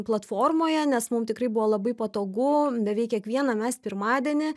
platformoje nes mum tikrai buvo labai patogu beveik kiekvieną mes pirmadienį